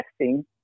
testing